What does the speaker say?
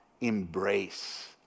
embrace